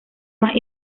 más